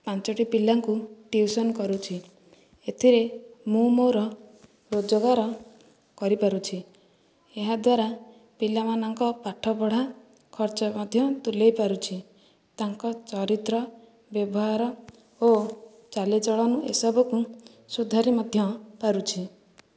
ପାଞ୍ଚୋଟି ପିଲାଙ୍କୁ ଟିଉସନ କରୁଛି ଏଥିରେ ମୁଁ ମୋର ରୋଜଗାର କରିପାରୁଛି ଏହାଦ୍ୱାରା ପିଲା ମାନଙ୍କ ପାଠପଢ଼ା ଖର୍ଚ୍ଚ ମଧ୍ୟ ତୁଲେଇ ପାରୁଛି ତାଙ୍କ ଚରିତ୍ର ବ୍ୟବହାର ଓ ଚାଲିଚଳନ ଏସବୁକୁ ସୁଧାରି ମଧ୍ୟ ପାରୁଛି